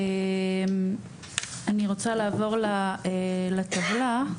אני רוצה לעבור לטבלה,